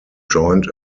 joined